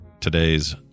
today's